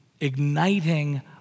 igniting